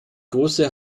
große